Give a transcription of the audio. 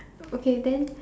okay then